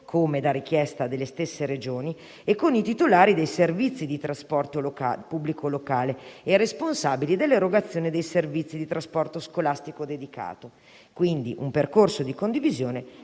come da richiesta delle stesse Regioni, e con i titolari dei servizi di trasporto pubblico locale e responsabili dell'erogazione dei servizi di trasporto scolastico dedicato. Un percorso di condivisione,